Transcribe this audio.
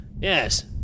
Yes